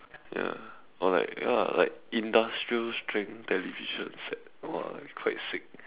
ya or like ya like industrial strength television set !wah! it's quite sick